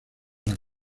las